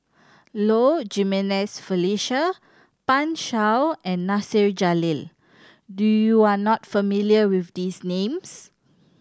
Low Jimenez Felicia Pan Shou and Nasir Jalil do you are not familiar with these names